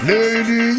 Lady